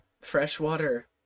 freshwater